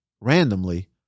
randomly